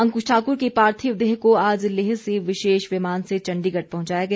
अंकुश ठाकुर की पार्थिव देह को आज लेह से विशेष विमान चण्डीगढ़ पहुंचाया गया